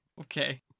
Okay